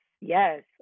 Yes